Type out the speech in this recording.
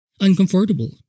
uncomfortable